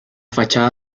fachada